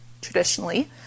traditionally